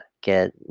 get